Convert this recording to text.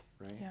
right